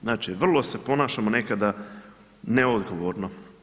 Znači, vrlo se ponašamo nekada neodgovorno.